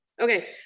Okay